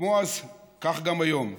כמו אז כך גם היום,